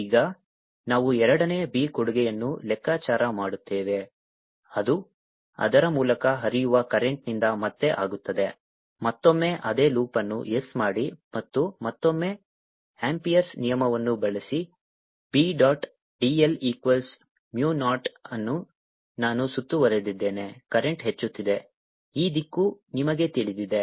ಈಗ ನಾವು ಎರಡನೇ B ಕೊಡುಗೆಯನ್ನು ಲೆಕ್ಕಾಚಾರ ಮಾಡುತ್ತೇವೆ ಅದು ಅದರ ಮೂಲಕ ಹರಿಯುವ ಕರೆಂಟ್ನಿಂದ ಮತ್ತೆ ಆಗುತ್ತದೆ ಮತ್ತೊಮ್ಮೆ ಅದೇ ಲೂಪ್ ಅನ್ನು s ಮಾಡಿ ಮತ್ತು ಮತ್ತೊಮ್ಮೆ ಆಂಪಿಯರ್ampere's ನಿಯಮವನ್ನು ಬಳಸಿ B dot dl equals mu naught ಅನ್ನು ನಾನು ಸುತ್ತುವರೆದಿದ್ದೇನೆ ಕರೆಂಟ್ ಹೆಚ್ಚುತ್ತಿದೆ ಈ ದಿಕ್ಕು ನಿಮಗೆ ತಿಳಿದಿದೆ